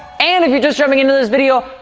and if you're just jumping into this video,